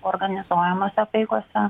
organizuojamose apeigose